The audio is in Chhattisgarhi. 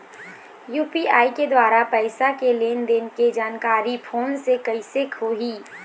यू.पी.आई के द्वारा पैसा के लेन देन के जानकारी फोन से कइसे होही?